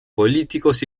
políticos